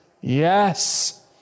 Yes